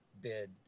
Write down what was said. bid